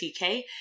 TK